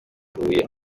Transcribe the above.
huye